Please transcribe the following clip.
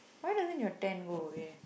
why doesn't your tent go away